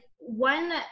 one